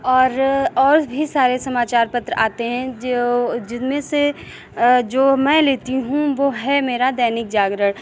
और और भी सारे समाचार पत्र आते हैं जो जिनमे से जो मैं लेती हूँ वो है मेरा दैनिक जागरण